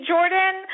Jordan